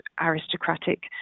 aristocratic